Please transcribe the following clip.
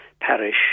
parish